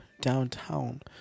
downtown